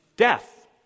death